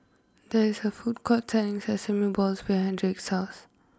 there is a food court selling Sesame Balls behind Drake's house